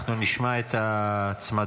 אנחנו נשמע את ההצמדות.